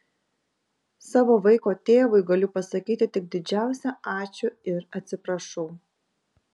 savo vaiko tėvui galiu pasakyti tik didžiausią ačiū ir atsiprašau